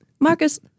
Marcus